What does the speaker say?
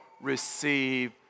receive